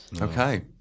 Okay